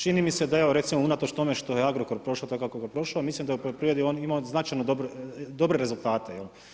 Čini mi se da evo, recimo unatoč tome što je Agrokor prošao tako kako je prošao, mislim da u poljoprivredi je on imao značajno dobre rezultate.